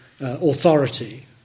authority